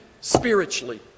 spiritually